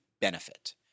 benefit